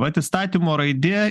vat įstatymo raidė